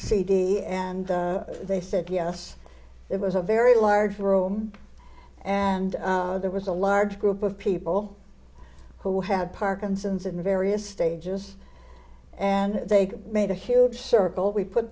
d and they said yes it was a very large room and there was a large group of people who have parkinson's and various stages and they made a huge circle we put